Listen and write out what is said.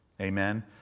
Amen